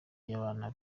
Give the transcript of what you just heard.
y’abana